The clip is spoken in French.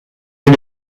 est